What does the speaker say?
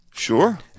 Sure